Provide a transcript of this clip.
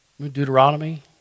Deuteronomy